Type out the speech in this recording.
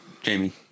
Jamie